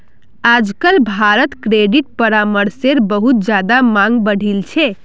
आजकल भारत्त क्रेडिट परामर्शेर बहुत ज्यादा मांग बढ़ील छे